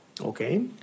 Okay